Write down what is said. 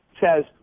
says –